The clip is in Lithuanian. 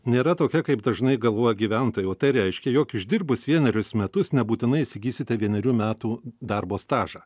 nėra tokia kaip dažnai galvoja gyventojai o tai reiškia jog išdirbus vienerius metus nebūtinai įsigysite vienerių metų darbo stažą